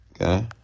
okay